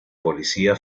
policía